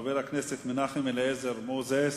חבר הכנסת מנחם אליעזר מוזס,